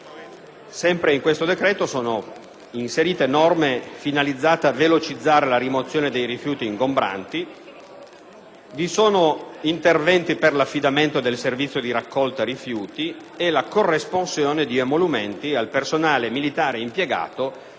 esame sono altresì inseriti norme finalizzate a velocizzare la rimozione dei rifiuti ingombranti, interventi per l'affidamento del servizio di raccolta rifiuti e la previsione della corresponsione di emolumenti al personale militare impiegato,